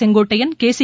Sengottaiyan கேசி